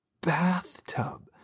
bathtub